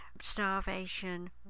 starvation